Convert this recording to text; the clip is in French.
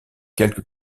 quelques